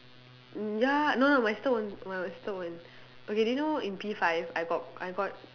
mm ya no no my sister won't my sister won't okay do you know in P five I got I got